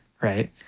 right